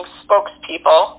spokespeople